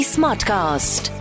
Smartcast